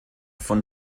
von